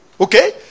Okay